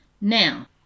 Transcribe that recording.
Now